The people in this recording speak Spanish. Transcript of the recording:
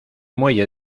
muelle